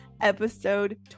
episode